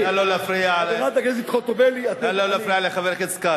נא לא להפריע לחבר הכנסת כץ.